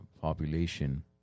population